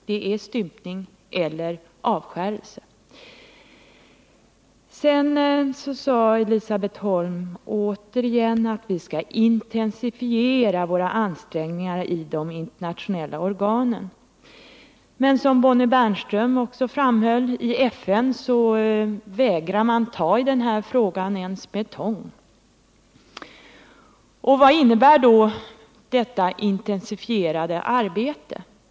Det är stympning eller avskärelse. Elisabet Holm sade återigen att vi skall intensifiera våra ansträngningar i de internationella organen. Men, som Bonnie Bernström också framhöll, i FN vägrar man att ta i den här frågan ens med tång. Vad innebär då detta intensifierade arbete?